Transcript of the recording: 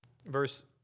Verse